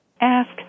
ask